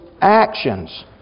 actions